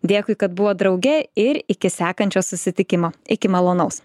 dėkui kad buvot drauge ir iki sekančio susitikimo iki malonaus